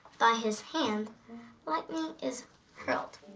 by his hand lightning is hurled.